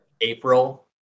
April